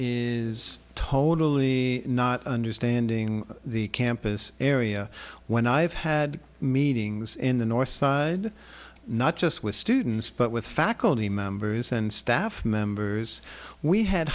is totally not understanding the campus area when i've had meetings in the north side not just with students but with faculty members and staff members we had